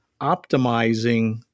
optimizing